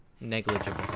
Negligible